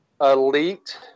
elite